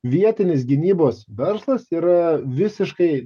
vietinis gynybos verslas yra visiškai